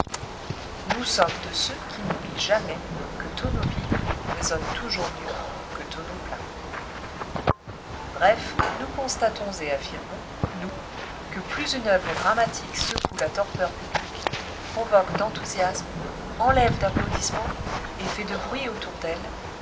nous sommes de ceux qui n'oublient jamais que tonneau vide résonne toujours mieux que tonneau plein bref nous constatons et affirmons nous que plus une œuvre dramatique secoue la torpeur publique provoque d'enthousiasmes enlève d'applaudissements et fait de bruit autour d'elle